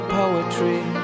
poetry